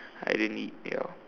I didn't eat ya